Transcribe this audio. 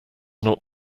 not